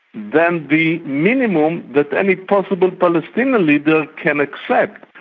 than the minimum that any possible palestinian leader can accept.